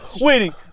waiting